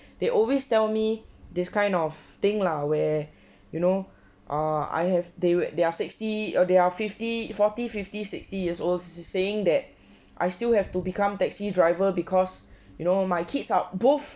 they always tell me this kind of thing lah where you know uh I have they will they're sixty or they're fifty forty fifty sixty years old s~ s~ saying that I still have to become taxi driver because you know my kids are both